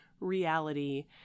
reality